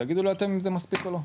תגידו לי אתם אם זה מספיק או לא.